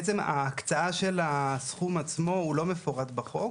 בעצם ההקצאה של הסכום עצמו הוא לא מפורט בחוק,